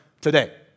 today